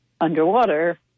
underwater